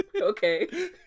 okay